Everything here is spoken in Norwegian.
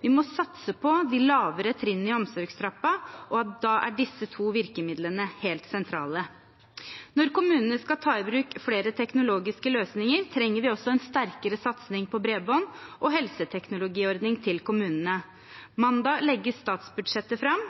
Vi må satse på de lavere trinnene i omsorgstrappen, og da er disse to virkemidlene helt sentrale. Når kommunene skal ta i bruk flere teknologiske løsninger, trenger vi også en sterkere satsing på bredbånd og helseteknologiordning til kommunene. Mandag legges statsbudsjettet fram.